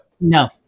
No